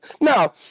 Now